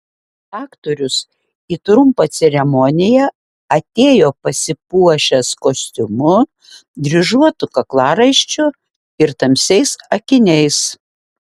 aktorius į trumpą ceremoniją atėjo pasipuošęs kostiumu dryžuotu kaklaraiščiu ir tamsiais akiniais